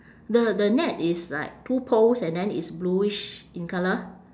the the net is like two poles and then it's blueish in colour